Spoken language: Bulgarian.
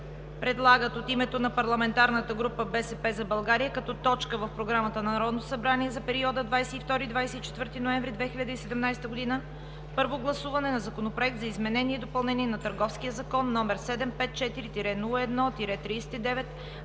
предлагат от името на парламентарната група „БСП за България“ като точка в Програмата на Народното събрание за периода 22 – 24 ноември 2017 г. – Първо гласуване на Законопроект за изменение и допълнение на Търговския закон, № 754-01-39,